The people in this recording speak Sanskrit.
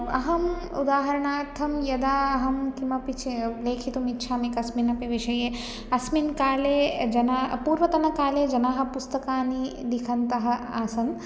अहम् उदाहरणार्थं यदा अहं किमपि चे लेखितुम् इच्छामि कस्मिन्नपि विषये अस्मिन् काले जनाः पूर्वतनकाले जनाः पुस्तकानि लिखन्तः आसन्